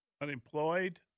Unemployed